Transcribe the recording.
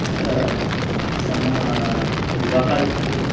अत्र समु विवाहः इत्युक्ते